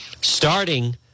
Starting